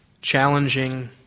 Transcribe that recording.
challenging